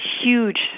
huge